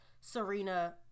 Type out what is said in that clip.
Serena